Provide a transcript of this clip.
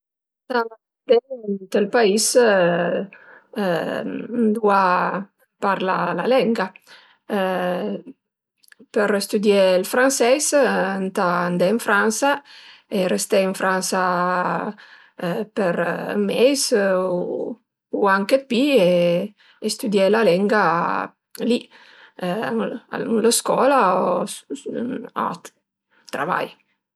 Ëntà andé ënt ël pais ëndua parla la lenga për stüdié ël franseis ëntà andé ën Fransa e resté ën Fransa për meis u anchè 'd pi e stüdié la lenga li ën la scola o al travai